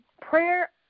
prayer